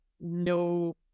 no